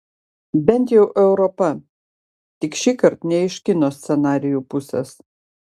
bent jau europa tik šįkart ne iš kino scenarijų pusės